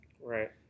right